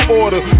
order